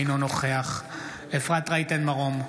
אינו נוכח אפרת רייטן מרום,